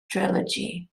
trilogy